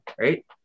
right